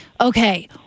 okay